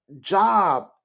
job